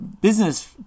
business